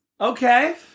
Okay